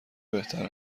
بهتر